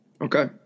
Okay